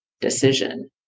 decision